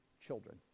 children